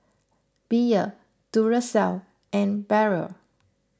Bia Duracell and Barrel